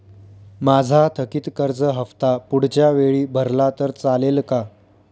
माझा थकीत कर्ज हफ्ता पुढच्या वेळी भरला तर चालेल का?